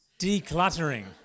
decluttering